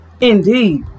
indeed